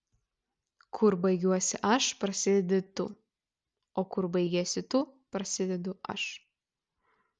kur baigiuosi aš prasidedi tu o kur baigiesi tu prasidedu aš